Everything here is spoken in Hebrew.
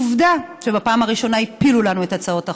עובדה שבפעם הראשונה הפילו לנו את הצעות החוק,